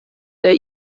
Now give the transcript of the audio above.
der